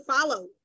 follow